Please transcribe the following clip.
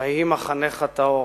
ויהי מחנך טהור.